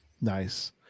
nice